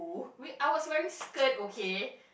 we I was wearing skirt okay